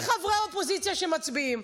אין חברי אופוזיציה שמצביעים,